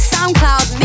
Soundcloud